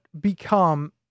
become